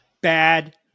bad